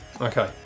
okay